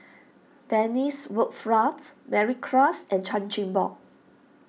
Dennis Bloodworth Mary Klass and Chan Chin Bock